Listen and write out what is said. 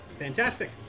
Fantastic